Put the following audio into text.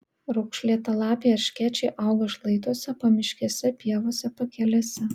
raukšlėtalapiai erškėčiai auga šlaituose pamiškėse pievose pakelėse